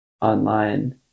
online